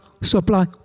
supply